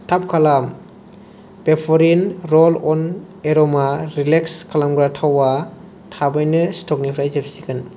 थाब खालाम वेप'रिन र'ल अन एर'मा रिलेक्स खालामग्रा थावआ थाबैनो स्टकनिफ्राय जोबसिगोन